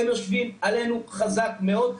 הם יושבים עלינו חזק מאוד.